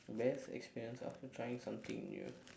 best experience after trying something new